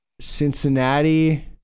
Cincinnati